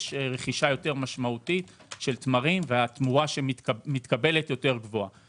אז יש רכישה משמעותית יותר של תמרים והתמורה שמתקבלת גבוהה יותר.